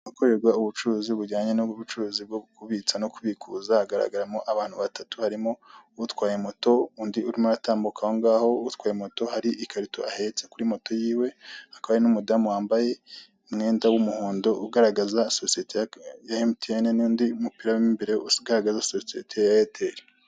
Ahakorerwa ubucuruzi bujyanye n'ubucuruzi bwo kubitsa no kubikuza, hagaragaramo abantu batatu, harimo utwaye moto undi urimo aratambuka aho ngaho, utwaye moto hari ikarito ahetse kuri moto y'iwe, hakaba hari n'umudamu wambaye umwenda w'umuhondo ugaragaza sosiyete ya MTN, n'undi w'umupira urimo imbere ugaragaza sosiyete ya AIRTEL.